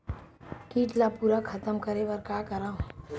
कीट ला पूरा खतम करे बर का करवं?